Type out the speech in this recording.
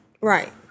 Right